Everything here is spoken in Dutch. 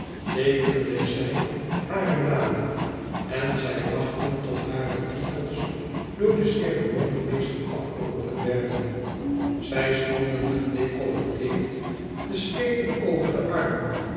teekenden zij hare namen en zij wachtten tot hare titels door de ceremoniemeesters afgeroepen werden zij stonden gedecolleteerd de slepen over den arm